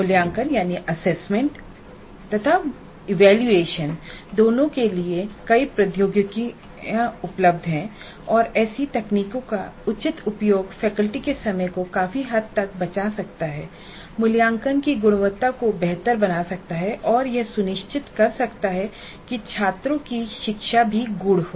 मूल्यांकन असेसमेंटऔर मूल्यांकन इवेल्यूएशनदोनों के लिए कई प्रौद्योगिकियां उपलब्ध हैं और ऐसी तकनीकों का उचित उपयोग फैकल्टी के समय को काफी हद तक बचा सकता है मूल्यांकन की गुणवत्ता को बेहतर बना सकता है और यह सुनिश्चित कर सकता है कि छात्रों की शिक्षा भी गूढ़ हो